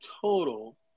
total